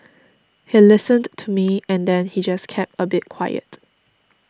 he listened to me and then he just kept a bit quiet